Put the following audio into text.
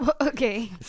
Okay